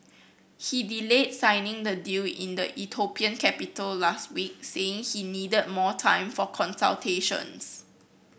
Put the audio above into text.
he delayed signing the deal in the Ethiopian capital last week saying he needed more time for consultations